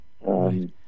Right